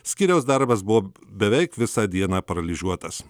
skyriaus darbas buvo beveik visą dieną paralyžiuotas